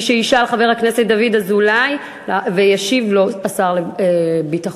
ישאל חבר הכנסת דוד אזולאי וישיב לו שר הביטחון.